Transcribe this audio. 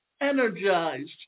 energized